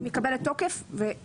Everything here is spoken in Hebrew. היא מקבלת תוקף וכך הלאה.